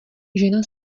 žena